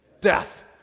death